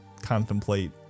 contemplate